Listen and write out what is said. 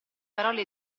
parole